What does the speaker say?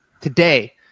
today